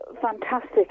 fantastic